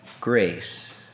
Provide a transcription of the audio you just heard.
Grace